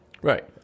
Right